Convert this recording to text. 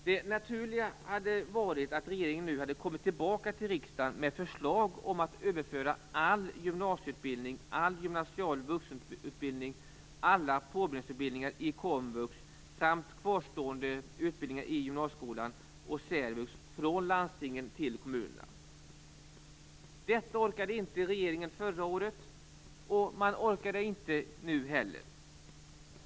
Det naturliga hade varit att regeringen nu hade kommit tillbaka till riksdagen med förslag om att överföra all gymnasieutbildning, all gymnasial vuxenutbildning, alla påbyggnadsutbildningar i komvux samt kvarstående utbildningar i gymnasieskolan och särvux från landstinget till kommunerna. Detta orkade inte regeringen förra året, och man orkar inte nu heller.